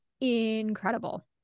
incredible